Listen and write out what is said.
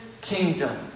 kingdom